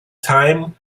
time